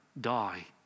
die